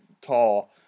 tall